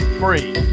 free